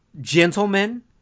gentlemen